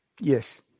Yes